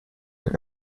mehr